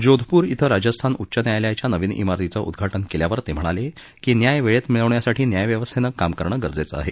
जोधपूर श्विं राजस्थान उच्च न्यायालयाच्या नविन मारतीचं उद्घाटन केल्यावर ते म्हणाले की न्याय वेळेत मिळवण्यासाठी न्यायव्यवस्थेनं काम करणं गरजेचं आहे